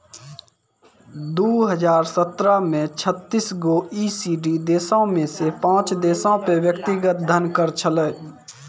दु हजार सत्रह मे छत्तीस गो ई.सी.डी देशो मे से पांच देशो पे व्यक्तिगत धन कर छलै